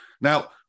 Now